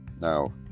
now